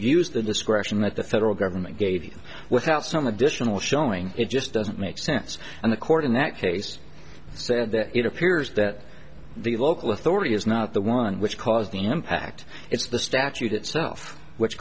use the discretion that the federal government gave without some additional showing it just doesn't make sense and the court in that case said that it appears that the local authority is not the one which caused the impact it's the statute itself which